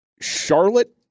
Charlotte